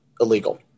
illegal